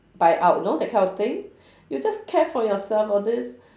buy out you know that kind of thing you just care for yourself all this